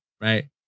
Right